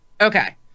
Okay